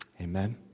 Amen